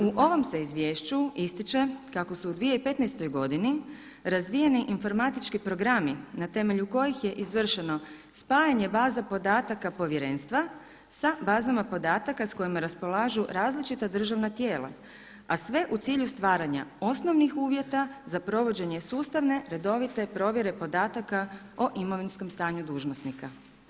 U ovom se izvješću ističe kako su u 2015. godini razvijeni informatički programi na temelju koji je izvršeno spajanje baze podataka povjerenstva sa bazama podataka s kojima raspolažu različita državna tijela, a sve u cilju stvaranja osnovnih uvjeta za provođenje sustavne, redovite provjere podataka o imovinskom stanju dužnosnika.